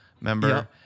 remember